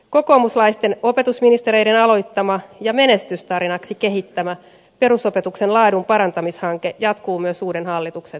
kokoomuslaisten opetusministereiden aloittama ja menestystarinaksi kehittämä perusopetuksen laadun parantamishanke jatkuu myös uuden hallituksen toimesta